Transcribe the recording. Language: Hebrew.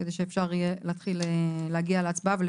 כדי שאפשר יהיה להתחיל להגיע להצבעה.